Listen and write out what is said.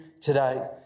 today